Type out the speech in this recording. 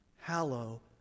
Hallow